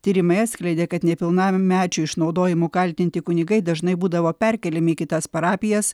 tyrimai atskleidė kad nepilnamečių išnaudojimu kaltinti kunigai dažnai būdavo perkeliami į kitas parapijas